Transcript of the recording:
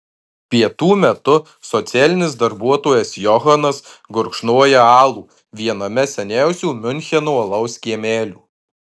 pietų metu socialinis darbuotojas johanas gurkšnoja alų viename seniausių miuncheno alaus kiemelių